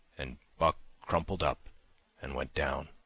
and buck crumpled up and went down,